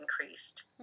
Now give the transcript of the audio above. increased